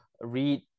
read